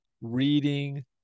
reading